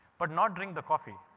but not drink the coffee.